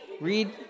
Read